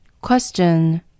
Question